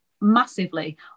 massively